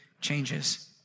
changes